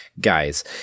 guys